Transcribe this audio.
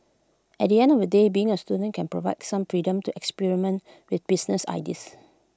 at the end of the day being A student can provide some freedom to experiment with business ideas